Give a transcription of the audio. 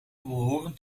behoren